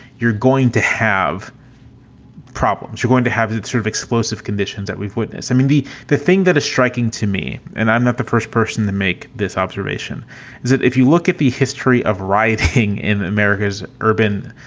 you're going to have problems. you're going to have that sort of explosive conditions that we've witnessed. i mean, the the thing that is striking to me, and i'm not the first person to make this observation is that if you look at the history of rioting in america's urban